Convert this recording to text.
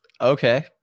okay